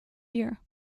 year